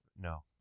No